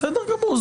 בסדר גמור,